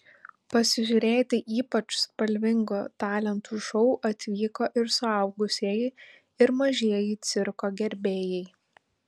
pasižiūrėti ypač spalvingo talentų šou atvyko ir suaugusieji ir mažieji cirko gerbėjai